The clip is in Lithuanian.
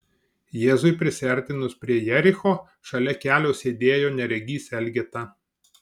jėzui prisiartinus prie jericho šalia kelio sėdėjo neregys elgeta